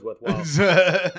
worthwhile